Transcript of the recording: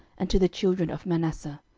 and to the children of manasseh,